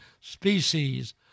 species